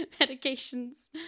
medications